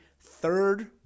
third